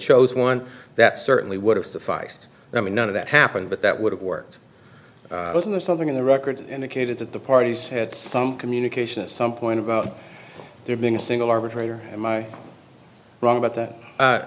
chose one that certainly would have sufficed i mean none of that happened but that would have worked wasn't there something in the record indicated that the parties had some communication at some point about there being a single arbitrator am i wrong about that